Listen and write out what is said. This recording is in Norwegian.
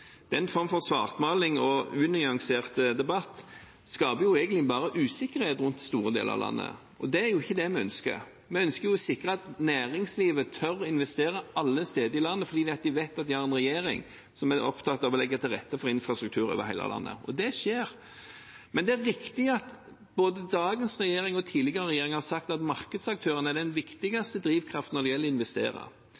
Den form for svartmaling og unyansert debatt skaper egentlig bare usikkerhet i store deler av landet, og det er ikke det vi ønsker. Vi ønsker å sikre at næringslivet tør å investere alle steder i landet fordi de vet at de har en regjering som er opptatt av å legge til rette for infrastruktur over hele landet. Og det skjer. Men det er riktig at både dagens regjering og tidligere regjering har sagt at markedsaktørene er den